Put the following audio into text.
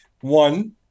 One